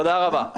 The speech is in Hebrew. תודה רבה.